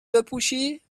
بپوشی